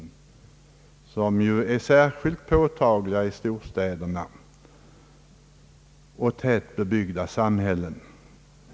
Det sistnämnda är ju något särskilt påtagligt i storstäder och andra tättbebyggda samhällen.